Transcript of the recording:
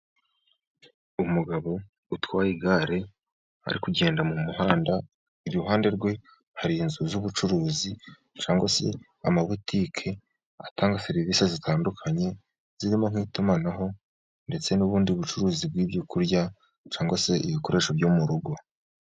Umugabo utwaye igare ari kugenda mu muhanda, iruhande rwe hari inzu z'ubucuruzi cyangwa se amabutiki, atanga serivisi zitandukanye, zirimo nk'itumanaho ndetse n'ubundi bucuruzi bw'ibyo kurya, cyangwa se ibikoresho byo mu rugo.